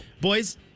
Boys